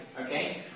Okay